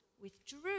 withdrew